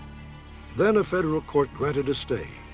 then a federal court granted a stay.